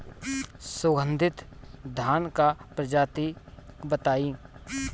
सुगन्धित धान क प्रजाति बताई?